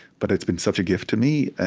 but it's been such a gift to me,